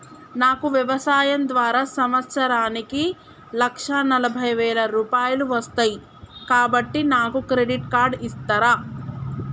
నాకు వ్యవసాయం ద్వారా సంవత్సరానికి లక్ష నలభై వేల రూపాయలు వస్తయ్, కాబట్టి నాకు క్రెడిట్ కార్డ్ ఇస్తరా?